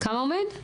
כמה עומד?